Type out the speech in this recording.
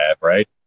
right